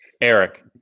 Eric